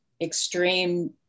extreme